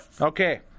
Okay